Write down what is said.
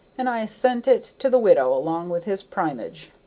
and i sent it to the widow along with his primage.